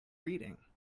reading